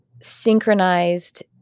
synchronized